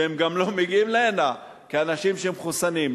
והם גם לא מגיעים הנה כאנשים מחוסנים,